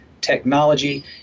technology